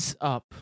up